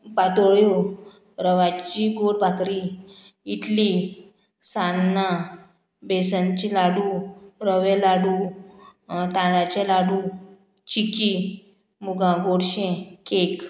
पातोयो रवाची गोड पाकरी इटली सान्नां बेसनची लाडू रवे लाडू तांदळ्याचे लाडू चिकी मुगां गोडशें केक